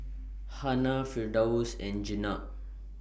Hana Firdaus and Jenab